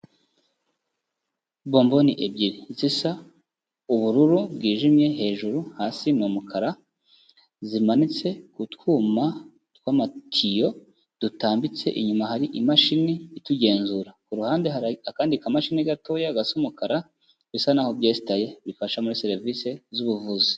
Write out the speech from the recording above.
Bomboni ebyiri zisa ubururu bwijimye hejuru, hasi ni umukara, zimanitse ku twuma tw'amatiyo dutambitse inyuma hari imashini itugenzura, ku ruhande hari akandi kamashini gatoya gasa umukara bisa naho byesitaye bifasha muri serivisi z'ubuvuzi.